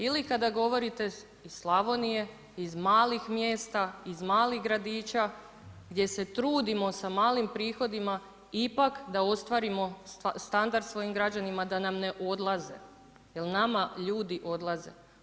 Ili kada govorite iz Slavonije iz malih mjesta, iz malih gradića, gdje se trudimo sa malih prihodima, ipak da ostvarimo standard svojim građanima da nam ne odlaze, jer nama ljudi odlaze.